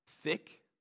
thick